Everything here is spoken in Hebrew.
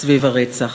סביב הרצח.